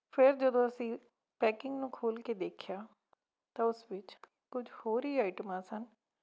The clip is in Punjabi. ਫਿਰ ਜਦੋਂ ਅਸੀਂ ਪੈਕਿੰਗ ਨੂੰ ਖੋਲ੍ਹ ਕੇ ਦੇਖਿਆ ਤਾਂ ਉਸ ਵਿੱਚ ਕੁਝ ਹੋਰ ਹੀ ਆਈਟਮਾਂ ਸਨ